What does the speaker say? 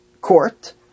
court